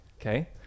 okay